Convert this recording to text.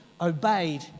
obeyed